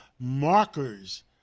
markers